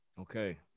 Okay